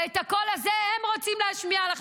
ואת הקול הזה הם רוצים להשמיע לך.